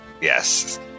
Yes